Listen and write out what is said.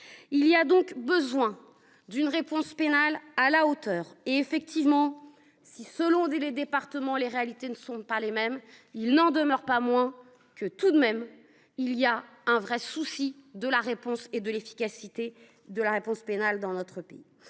Il y a donc besoin d’une réponse pénale à la hauteur. Certes, selon les départements, les réalités ne sont pas les mêmes. Mais il n’en demeure pas moins que, tout de même, il y a un vrai problème d’efficacité de la réponse pénale dans notre pays.